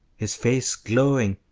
his face glowing,